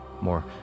more